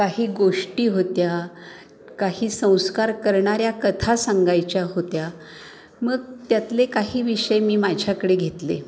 काही गोष्टी होत्या काही संस्कार करणाऱ्या कथा सांगायच्या होत्या मग त्यातले काही विषय मी माझ्याकडे घेतले